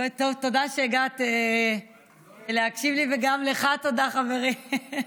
תודה שהגעת להקשיב לי, וגם לך תודה, חברי.